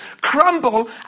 crumble